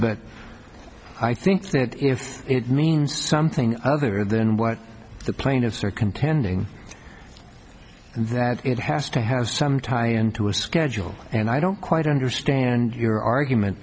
but i think that if it means something other than what the plaintiffs are contending that it has to has some time into a schedule and i don't quite understand your argument